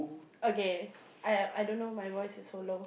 okay I I don't my voice is so low